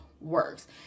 works